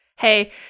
Hey